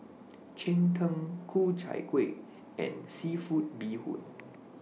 Cheng Tng Ku Chai Kuih and Seafood Bee Hoon